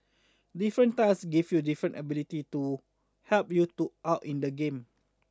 different tiles give you different abilities to help you do out in the game